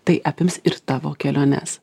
tai apims ir tavo keliones